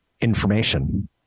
information